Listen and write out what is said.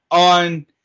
On